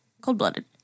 Cold-blooded